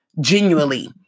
genuinely